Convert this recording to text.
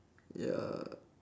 ya